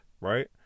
right